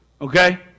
Okay